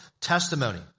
testimony